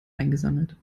eingesammelt